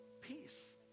peace